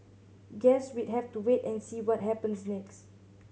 guess we'd have to wait and see what happens next